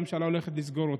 הממשלה הולכת לסגור אותה.